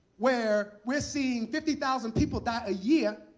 where we're seeing fifty thousand people die a year,